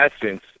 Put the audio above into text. essence